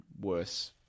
worse